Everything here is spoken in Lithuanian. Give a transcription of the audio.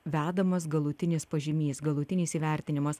vedamas galutinis pažymys galutinis įvertinimas